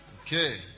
okay